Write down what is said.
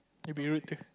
it'd be rude to